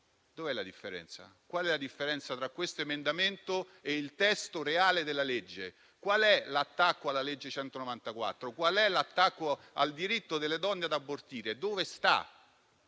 alla maternità. Qual è la differenza tra questo emendamento e il testo reale della legge? Qual è l'attacco alla legge n. 194? Qual è l'attacco al diritto delle donne ad abortire? Dove sta,